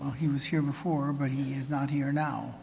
go he was here before but he's not here now